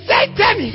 Satan